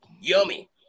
yummy